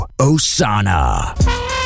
Osana